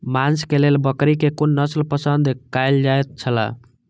मांस के लेल बकरी के कुन नस्ल पसंद कायल जायत छला?